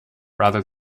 rather